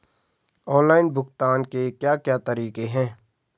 Online भुगतान के क्या क्या तरीके हैं?